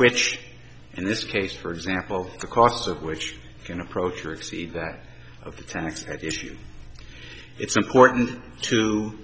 which in this case for example the costs of which can approach or exceed that of the tax issue it's important to